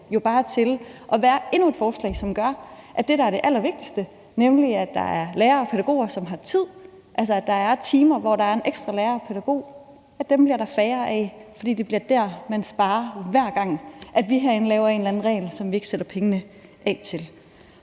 jo bare til at være endnu et forslag, som gør, at det, der er det allervigtigste, nemlig at der er lærere og pædagoger, som har tid, altså at der er timer, hvor der er en ekstra lærer og pædagog, bliver der mindre af, fordi det bliver der, man sparer, hver gang vi herinde laver en eller anden regel, som vi ikke sætter pengene af til.